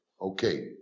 Okay